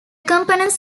components